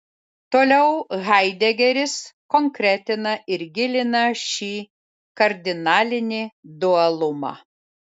toliau haidegeris konkretina ir gilina šį kardinalinį dualumą